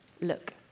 Look